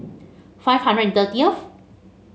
five hundred and thirtieth